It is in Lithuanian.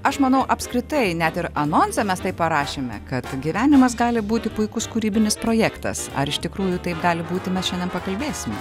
aš manau apskritai net ir anonse mes taip parašėme kad gyvenimas gali būti puikus kūrybinis projektas ar iš tikrųjų taip gali būti mes šiandien pakalbėsim